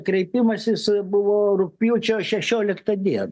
kreipimasis buvo rugpjūčio šešioliktą dieną